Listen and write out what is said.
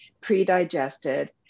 pre-digested